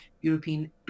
European